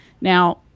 Now